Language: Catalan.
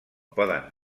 poden